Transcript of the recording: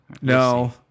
No